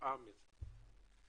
התשואה מזה.